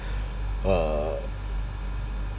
uh